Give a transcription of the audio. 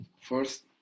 first